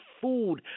food